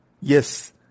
yes